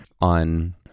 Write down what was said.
On